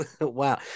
wow